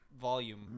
volume